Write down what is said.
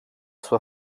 sua